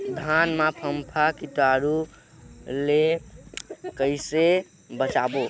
धान मां फम्फा कीटाणु ले कइसे बचाबो?